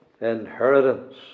inheritance